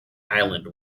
island